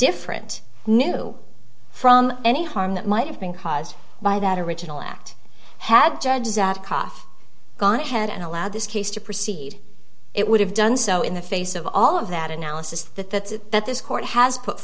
different new from any harm that might have been caused by that original act had judges at kaf gone ahead and allowed this case to proceed it would have done so in the face of all of that analysis that that this court has put